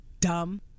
dumb